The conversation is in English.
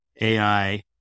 AI